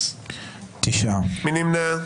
מי נמנע?